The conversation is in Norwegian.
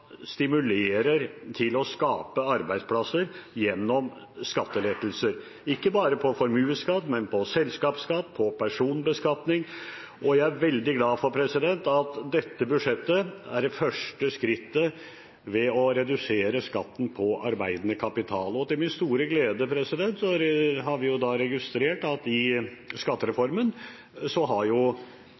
stimulerer til å skape arbeidsplasser gjennom skattelettelser, ikke bare på formuesskatt, men på selskapsskatt og på personbeskatning. Jeg er veldig glad for at dette budsjettet er det første skrittet mot å redusere skatten på arbeidende kapital. Til min store glede har vi registrert at i skattereformen har nær sagt alle Stortingets partier sluttet seg til at